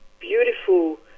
beautiful